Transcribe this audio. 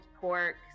pork